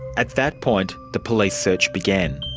at that point the police search began.